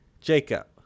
Jacob